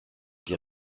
die